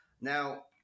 Now